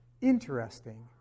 interesting